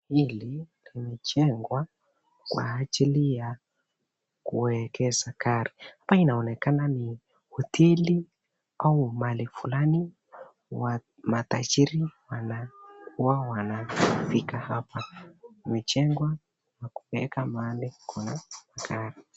Hili limejengwa kwa ajili ya kuwekeza gari hapa inaonekana ni hoteli au mahali fulani wa matajiri wana huwa wanafika hapa imejengwa na kuweka mahali kuna gari